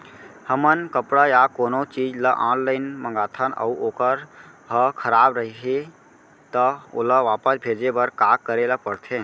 हमन कपड़ा या कोनो चीज ल ऑनलाइन मँगाथन अऊ वोकर ह खराब रहिये ता ओला वापस भेजे बर का करे ल पढ़थे?